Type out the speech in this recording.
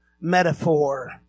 metaphor